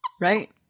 Right